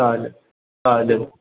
चालेल चालेल